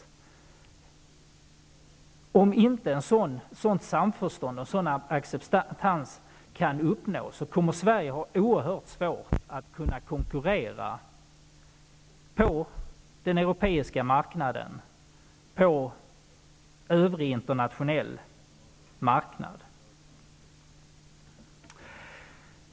Om inte ett sådant samförstånd och en sådan acceptans kan uppnås, kommer Sverige att ha oerhört svårt att konkurrera på den europeiska marknaden och på övrig internationell marknad.